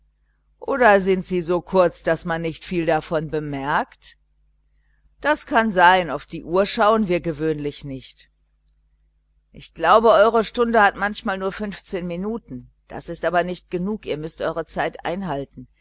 oder sie sind so kurz daß man nicht viel davon bemerkt das kann sein auf die uhr schauen wir gewöhnlich nicht ich glaube eure stunde hat manchmal nur fünfzehn minuten das ist aber nicht genug ihr müßt eure zeit einhalten